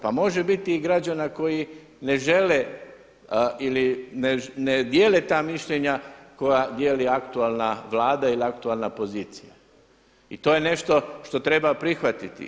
Pa može biti i građana koji ne žele ili ne dijele ta mišljenja koja dijeli aktualna Vlada ili aktualna pozicija i to je nešto što treba prihvatiti.